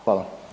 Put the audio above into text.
Hvala.